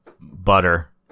butter